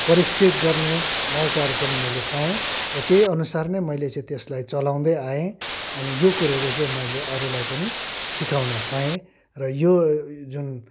परिष्कृत गर्ने मौकाहरू पनि मैले पाएँ र त्यही अनुसार नै मैले चाहिँ त्यसलाई चलाउँदै आएँ अनि यो कुरोगरू चाहिँ मैले अरूलाई पनि सिकाउन पाएँ र यो जुन सिप छ या त प्रतिभा छ यो प्रतिभाबाट म आफै पनि लाभान्वित भएँ भने अरूलाई पनि मैले यसलाई यसबाट लाभ दिन सकेको छु